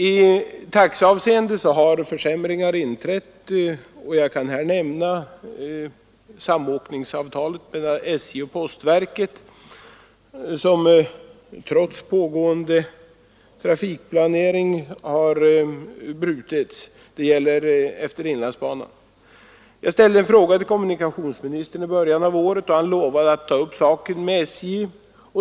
I taxeavseende har försämringar inträtt. Jag kan här bara nämna det s.k. samåkningsavtalet mellan SJ och postverket på inlandsbanan, vilket trots pågående trafikplanering har avbrutits. Jag ställde i början av året en fråga till kommunikationsministern om den saken, och han lovade då att ta upp frågan med SJ.